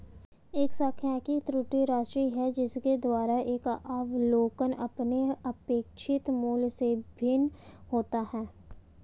एक सांख्यिकी त्रुटि राशि है जिसके द्वारा एक अवलोकन अपने अपेक्षित मूल्य से भिन्न होता है